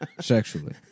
Sexually